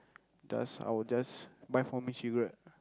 just I will just buy for me cigarette